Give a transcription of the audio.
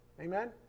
Amen